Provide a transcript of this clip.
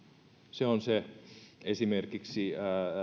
se on esimerkiksi